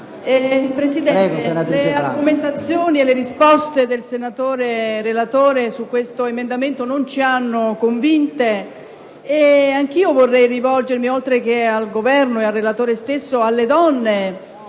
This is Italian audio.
Presidente, le argomentazioni e le risposte del relatore su questo emendamento non ci hanno convinto. Anch'io vorrei rivolgermi, oltre che al Governo e al relatore stesso, alle donne